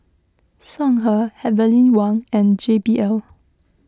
Songhe Heavenly Wang and J B L